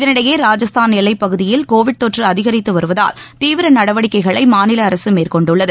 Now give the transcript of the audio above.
இதனிடையே ராஜஸ்தான் எல்வைப்பகுதியில் கோவிட் தொற்று அதிகரித்து வருவதால் தீவிர நடவடிக்கைகளை ராஜஸ்தான் மாநில அரசு மேற்கொண்டுள்ளது